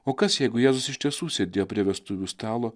o kas jeigu jėzus iš tiesų sėdėjo prie vestuvių stalo